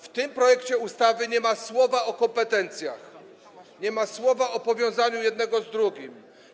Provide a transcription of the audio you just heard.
W tym projekcie ustawy nie ma słowa o kompetencjach, nie ma słowa o powiązaniu jednego z drugim.